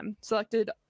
selected